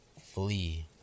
FLEE